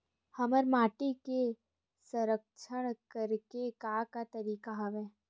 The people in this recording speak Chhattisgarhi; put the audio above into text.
हमर माटी के संरक्षण करेके का का तरीका हवय?